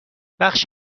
بخش